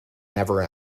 never